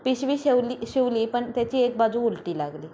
पिशवी शिवली शिवली पण त्याची एक बाजू उलटी लागली